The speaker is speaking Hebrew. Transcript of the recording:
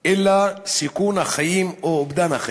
אלא סיכון החיים או אובדן החיים.